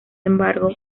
embargo